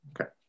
Okay